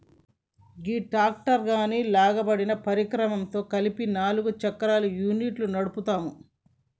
గీ tractor దాని లాగబడిన పరికరంతో కలిపి నాలుగు చక్రాల యూనిట్ను నడుపుతాము